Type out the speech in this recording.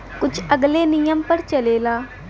कुछ अलगे नियम पर चलेला